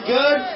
good